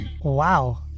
Wow